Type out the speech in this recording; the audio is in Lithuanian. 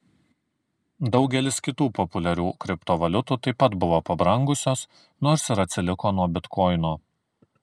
daugelis kitų populiarių kriptovaliutų taip pat buvo pabrangusios nors ir atsiliko nuo bitkoino